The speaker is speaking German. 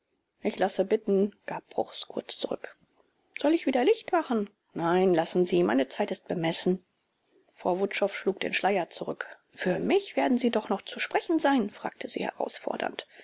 ich lasse bitten gab bruchs kurz zurück soll ich wieder licht machen nein lassen sie meine zeit ist bemessen frau wutschow schlug den schleier zurück für mich werden sie doch noch zu sprechen sein fragte sie herausfordernd